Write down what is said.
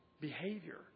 behavior